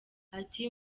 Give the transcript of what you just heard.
ati